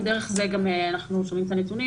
ודרך זה אנחנו גם שומעים את הנתונים